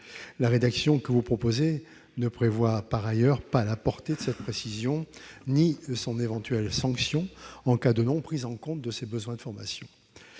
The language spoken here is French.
La rédaction ne prévoit d'ailleurs ni la portée de cette précision ni son éventuelle sanction en cas de non-prise en compte de ces besoins de formation.